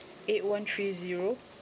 eight one three zero